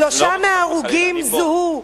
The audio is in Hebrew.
שלושה מההרוגים זוהו.